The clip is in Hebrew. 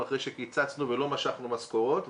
אחרי שקיצצנו ולא משכנו משכורות.